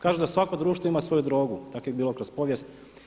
Kaže da svako društvo ima svoju drogu, tako je bilo kroz povijest.